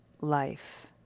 life